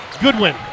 Goodwin